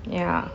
ya